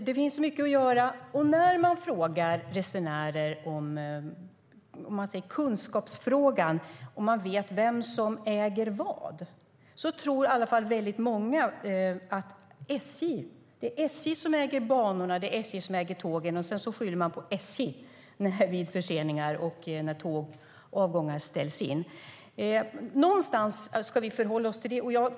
Det finns mycket att göra. När man ställer kunskapsfrågan till resenärer om de vet vem som äger vad tror i varje fall väldigt många att det är SJ som äger banorna och tågen, och sedan skyller de på SJ vid förseningar och när avgångar ställs in. Någonstans ska vi förhålla oss till det.